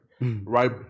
Right